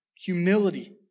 humility